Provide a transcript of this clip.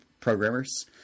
programmers